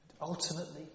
ultimately